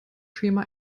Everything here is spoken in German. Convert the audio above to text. schema